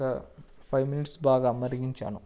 ఒక five minutes బాగా మరిగించాను